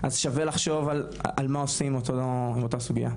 אז שווה לחשוב מה עושים עם אותה סוגיה.